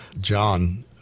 john